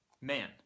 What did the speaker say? man